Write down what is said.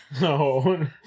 no